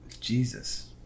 Jesus